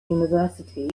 university